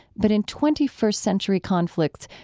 but in twenty first century conflicts,